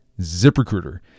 ZipRecruiter